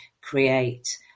create